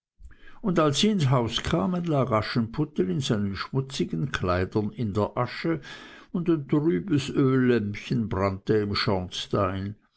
und als sie ins haus kamen lag aschenputtel in seinen schmutzigen kleidern in der asche und ein trübes öllämpchen brannte im schornstein